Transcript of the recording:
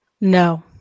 no